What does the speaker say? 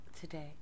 Today